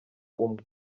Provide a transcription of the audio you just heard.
umwe